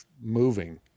moving